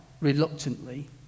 reluctantly